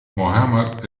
mohammed